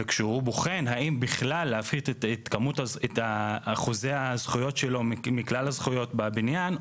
וכשהוא בוחן האם בכלל להפחית את אחוזי הזכויות שלו מכלל הזכויות בבניין,